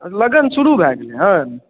लगन शुरू भऽ गेलै हँ